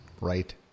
right